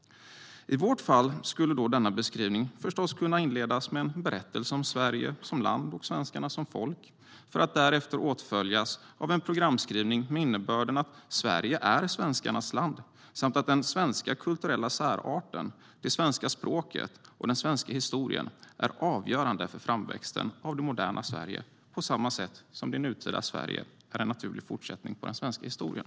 I vårt fall skulle då denna beskrivning förstås kunna inledas med en berättelse om Sverige som land och svenskarna som folk för att därefter åtföljas av en programskrivning med innebörden att Sverige är svenskarnas land samt att den svenska kulturella särarten, det svenska språket och den svenska historien är avgörande för framväxten av det moderna Sverige, på samma sätt som det nutida Sverige är en naturlig fortsättning på den svenska historien.